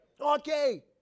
Okay